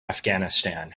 afghanistan